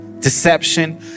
Deception